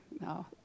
no